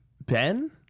Ben